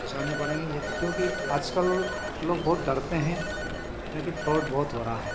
पहुँचाने पड़ेंगे ये क्योंकि आजकल लोग बहुत डरते है क्योंकि फ्रौड बहुत हो रहा है